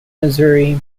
missouri